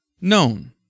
known